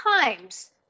times